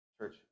Church